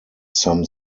some